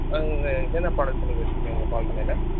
என்னென்ன products sir நீங்கள் வச்சுருக்கீங்க உங்கள் பால் பண்ணையில்